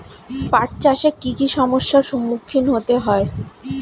পাঠ চাষে কী কী সমস্যার সম্মুখীন হতে হয়?